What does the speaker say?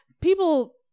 people